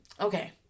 Okay